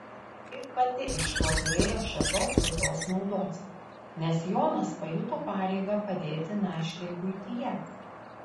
ir pati iš to turėjo šiokios tokios naudos nes jonas pajuto pareigą padėti našlei buityje